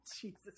jesus